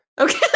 Okay